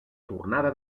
tornada